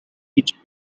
each